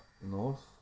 north